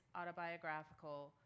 autobiographical